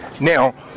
Now